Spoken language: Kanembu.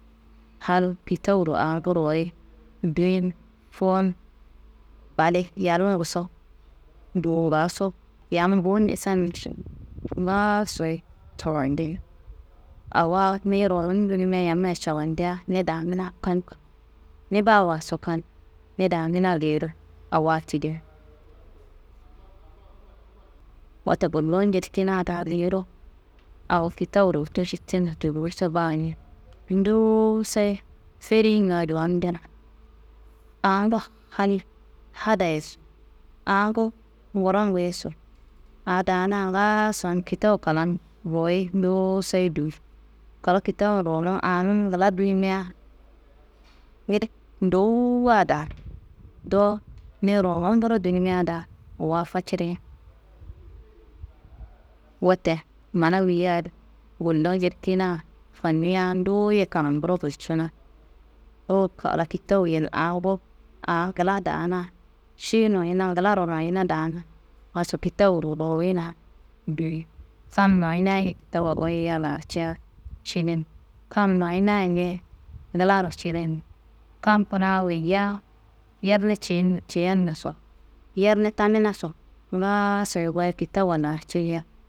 Hal kitawuro angu ruwuyi biyi n, fuwu n bali yalnguso, dowungaso, yam ngowun isannaš ngaasoyi cawandin awa niyi ruwunun dunimeaye yammayi cawandiya ni damina kal, ni bawaso kal, ni damina geyiro awo tidin. Wote gullu njedikina daa geyiro awo kitawu rutu cittinna tulloso ba- ye, nduwusoye feringa juwandina angu hal hadayeso, angu nguronguyeso, aa daana ngaason kitawu klan ruwuyi ndusoyi duyi, kla kitawu ruwunun anun ngla dunimia ngili ndowuwa daan, do niyi ruwunumburo dunimia daa wa facirin. Wote mana wuya di gullu jeddikina fannuya nduwu ye kamanguro gulcuna, ruwu kla kitawuye n angu aa ngla daana ši noyina nglaro noyina daan, ngaso kitawuro ruwuyina duyin. Kam noyina ye dawo goyia larcea cillin, kam noyinaye nglaro cirin, kam kuna woyiya yerne ceyin ceyinnaso, yerne taminaso ngaasoyi goyi kitawuwa larceyia.